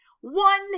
One